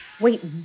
Wait